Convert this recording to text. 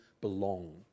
belong